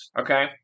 Okay